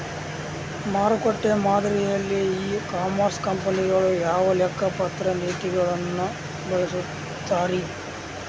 ಮಾರುಕಟ್ಟೆ ಮಾದರಿಯಲ್ಲಿ e commerce ಕಂಪನಿಗಳು ಯಾವ ಲೆಕ್ಕಪತ್ರ ನೇತಿಗಳನ್ನ ಬಳಸುತ್ತಾರಿ?